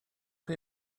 chi